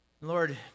Lord